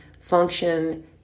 function